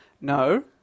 No